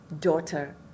daughter